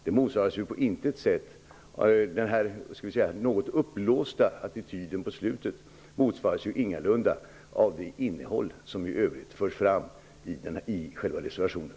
Den något uppblåsta attityd som kommer till uttryck på slutet motsvaras ju ingalunda av det innehåll som i övrigt förs fram i reservationen.